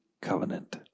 covenant